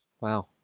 Wow